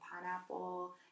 pineapple